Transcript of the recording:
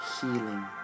healing